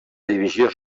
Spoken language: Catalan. divisió